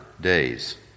days